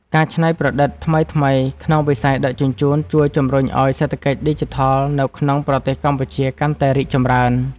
ការច្នៃប្រឌិតថ្មីៗក្នុងវិស័យដឹកជញ្ជូនជួយជម្រុញឱ្យសេដ្ឋកិច្ចឌីជីថលនៅក្នុងប្រទេសកម្ពុជាកាន់តែរីកចម្រើន។